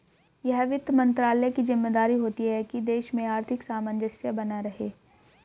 यह वित्त मंत्रालय की ज़िम्मेदारी होती है की देश में आर्थिक सामंजस्य बना रहे